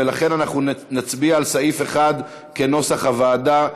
ולכן אנחנו נצביע על סעיף 1 כנוסח הוועדה.